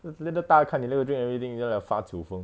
lat~ later 大看你 then you drink everything then you 发酒疯